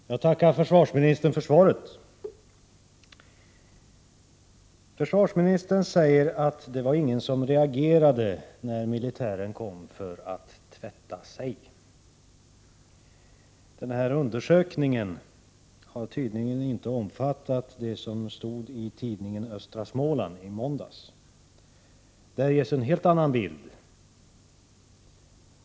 Herr talman! Jag tackar försvarsministern för svaret. Försvarsministern säger att det var ”ingen som reagerade när militären kom för att tvätta sig”. Den undersökning som försvarsministern låtit göra har tydligen inte omfattat det som stod i tidningen Östra Småland i måndags. Där ges en helt annan bild.